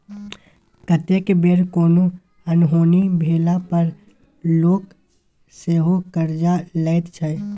कतेक बेर कोनो अनहोनी भेला पर लोक सेहो करजा लैत छै